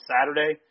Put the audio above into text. Saturday